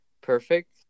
perfect